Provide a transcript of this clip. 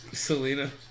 Selena